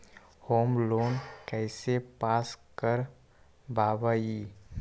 Home loan कैसे pass कर बाबई?